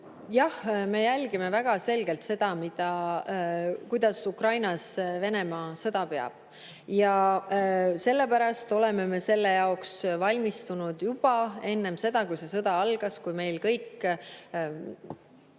Jah, me jälgime väga selgelt seda, kuidas Ukrainas Venemaa sõda peab. Ja sellepärast oleme me selle jaoks valmistunud juba enne seda, kui sõda algas, kui meil kõik